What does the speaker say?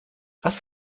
was